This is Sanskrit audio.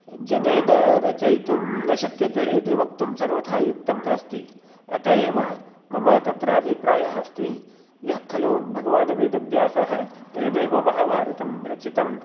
जनेन रचयितुं न शक्यते इति वक्तुं सर्वथा युक्तं नास्ति अतः एव मम तत्र अभिप्रायः अस्ति यः खलु भगवान् वेदव्यासः तेनैव महाभारतं रचितं